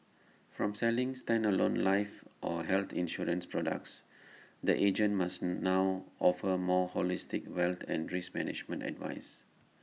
from selling standalone life or health insurance products the agent must now offer more holistic wealth and risk management advice